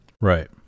right